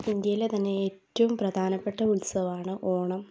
ഇന്ത്യയിലെ തന്നെ ഏറ്റും പ്രധാനപ്പെട്ട ഉത്സവമാണ് ഓണം